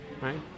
right